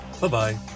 Bye-bye